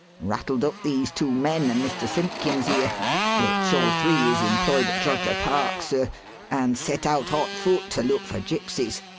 rattled up these two men and mr. simpkins, here which all three is employed at droger park, sir and set out hot foot to look for gypsies.